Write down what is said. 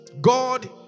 God